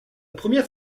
première